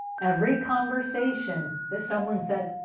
every conversation that someone says, oh,